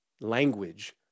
language